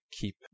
keep